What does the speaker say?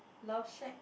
love shack